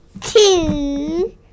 Two